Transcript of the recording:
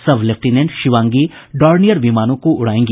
सब lieutenant Shivangi Dornier विमानों को उड़ायेंगी